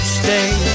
stay